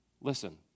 Listen